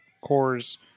Cores